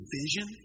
vision